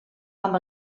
amb